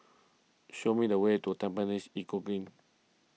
show me the way to Tampines Eco Green